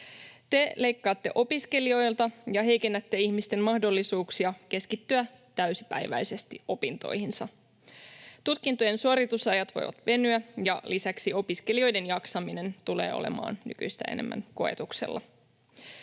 Te leikkaatte opiskelijoilta ja heikennätte ihmisten mahdollisuuksia keskittyä täysipäiväisesti opintoihinsa. Tutkintojen suoritusajat voivat venyä, ja lisäksi opiskelijoiden jaksaminen tulee olemaan nykyistä enemmän koetuksella.